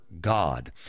God